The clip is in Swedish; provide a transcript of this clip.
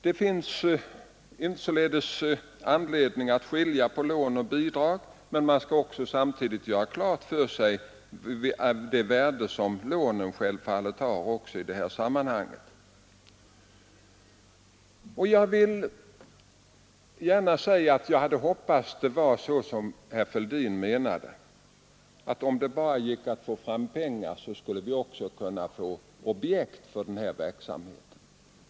Det finns således anledning att skilja på lån och bidrag, men man skall samtidigt göra klart för sig det värde som lånen självfallet har. Herr Fälldin trodde att om det bara gick att få fram pengar skulle vi också kunna få objekt för den här verksamheten. Självfallet hoppas även jag det.